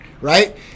right